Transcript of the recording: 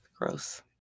gross